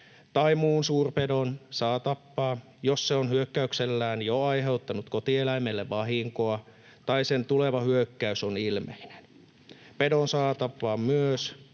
tai muun suurpedon saa tappaa, jos se on hyökkäyksellään jo aiheuttanut kotieläimelle vahinkoa tai sen tuleva hyökkäys on ilmeinen. Pedon saa tapaa myös,